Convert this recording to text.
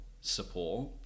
support